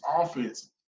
offense